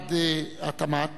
משרד התמ"ת